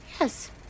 yes